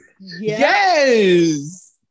Yes